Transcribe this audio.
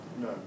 No